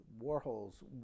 Warhols